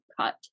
cut